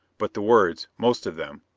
but the words, most of them,